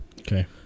Okay